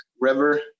river